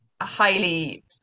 highly